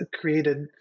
created